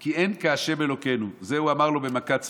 כי אין כה' אלהינו" את זה הוא אמר לו במכת צפרדע.